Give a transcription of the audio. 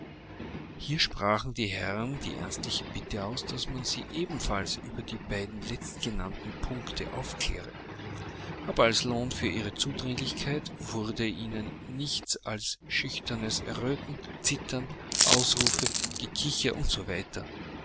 hier sprachen die herren die ernstliche bitte aus daß man sie ebenfalls über die beiden letztgenannten punkte aufkläre aber als lohn für ihre zudringlichkeit wurde ihnen nichts als schüchternes erröten zittern ausrufe gekicher u